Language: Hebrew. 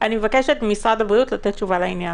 מבקשת ממשרד הבריאות לתת תשובה לעניין.